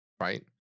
Right